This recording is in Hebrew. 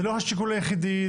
זה לא השיקול היחידי,